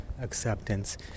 acceptance